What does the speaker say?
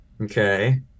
Okay